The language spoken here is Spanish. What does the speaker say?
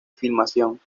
filmación